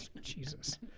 Jesus